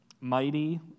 mighty